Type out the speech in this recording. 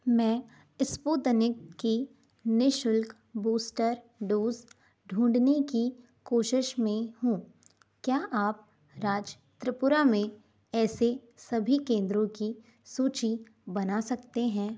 मैं इस्पुतनिक की निःशुल्क बूस्टर डोज़ ढूँढने की कोशिश में हूँ क्या आप राज्य त्रिपुरा में ऐसे सभी केंद्रों की सूची बना सकते हैं